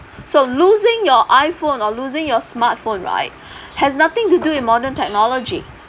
so losing your iphone or losing your smartphone right has nothing to do with modern technology